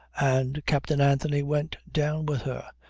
and captain anthony went down with her.